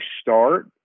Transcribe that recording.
start